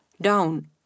down